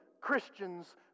Christians